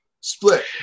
split